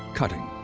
cutting,